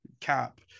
cap